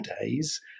days